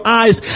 eyes